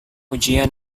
ujian